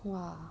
!wah!